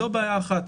זו בעיה אחת.